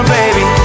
baby